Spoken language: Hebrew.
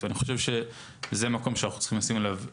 וזה הנושא של מסלולי ריצה.